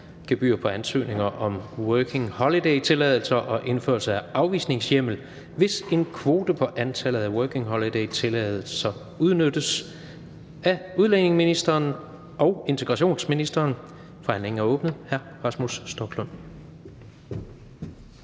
(Gebyr på ansøgninger om Working Holiday-tilladelser og indførelse af afvisningshjemmel, hvis en kvote på antallet af Working Holiday-tilladelser udnyttes m.v.). Af udlændinge- og integrationsministeren (Mattias Tesfaye).